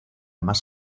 más